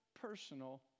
personal